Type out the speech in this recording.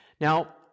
Now